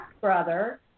brother